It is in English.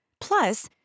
Plus